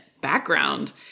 background